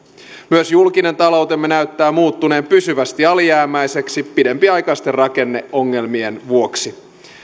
myös julkinen taloutemme näyttää muuttuneen pysyvästi alijäämäiseksi pidempiaikaisten rakenne ongelmien vuoksi